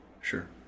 Sure